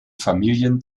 familien